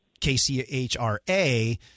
KCHRA